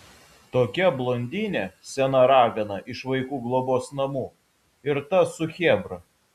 tokia blondinė sena ragana iš vaikų globos namų ir tas su chebra